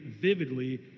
vividly